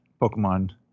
Pokemon